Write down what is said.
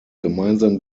gemeinsam